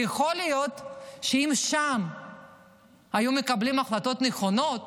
יכול להיות שאם שם היו מקבלים החלטות נכונות